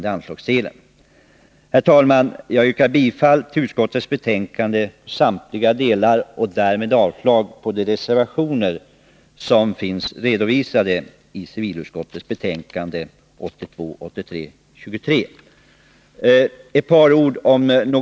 Här hänvisas till det bilagda yttrandet från skatteutskottet. Jag vill endast tillägga att överväganden pågår inom riksskatteverket i syfte att kartlägga och närmare analysera behovet av rekryteringstjänster i det framtida taxeringsförfarandet. Herr talman!